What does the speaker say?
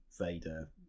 Vader